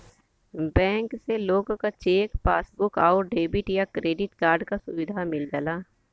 bank से लोग क चेक, पासबुक आउर डेबिट या क्रेडिट कार्ड क सुविधा मिल जाला